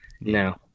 no